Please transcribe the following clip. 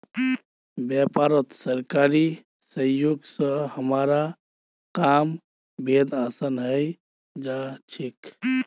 व्यापारत सरकारी सहयोग स हमारा काम बेहद आसान हइ जा छेक